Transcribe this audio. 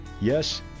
Yes